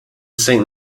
saint